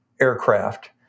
aircraft